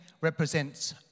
represents